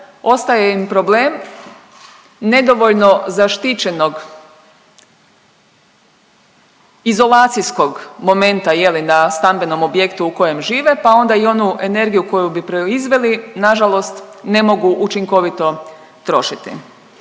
ostaje im problem nedovoljno zaštićenog izolacijskog momenta je li na stambenom objektu u kojem živu, pa onda i onu energiju koju bi proizveli nažalost ne mogu učinkovito trošiti.